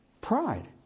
Pride